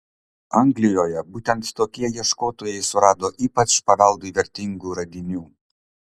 anglijoje būtent tokie ieškotojai surado ypač paveldui vertingų radinių